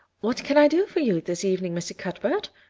what can i do for you this evening, mr. cuthbert?